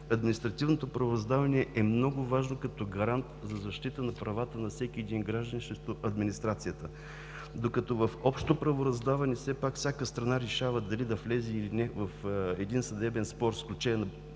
административното правораздаване е много важно като гарант за защита правата на всеки един гражданин срещу администрацията. Докато в общото правораздаване все пак всяка страна решава дали да влезе или не в един съдебен спор,